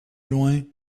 loin